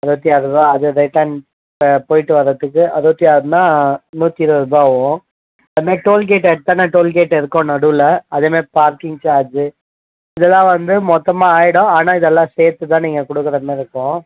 அறுபத்தி ஆறு ரூபாய் அது ரிட்டன் போயிட்டு வரத்துக்கு அறுபத்தி ஆறுனா நூற்றி இருபது ரூபாய் ஆகும் அது மாரி டோல் கேட் எத்தனை டோல் கேட் இருக்கோ நடுவில் அதே மாதிரி பார்க்கிங் சார்ஜு இதெல்லாம் வந்து மொத்தமாக ஆகிடும் ஆனால் இதெல்லாம் சேர்த்து தான் நீங்கள் கொடுக்கற மாதிரி இருக்கும்